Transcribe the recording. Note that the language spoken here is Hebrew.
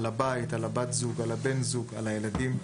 על הבית, בת הזוג, בן הזוג, הילדים.